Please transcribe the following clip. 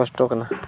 ᱠᱚᱥᱴᱚ ᱠᱟᱱᱟ